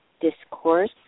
discourse